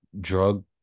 drug